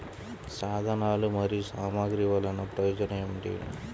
సాధనాలు మరియు సామగ్రి వల్లన ప్రయోజనం ఏమిటీ?